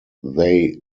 they